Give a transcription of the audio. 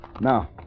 Now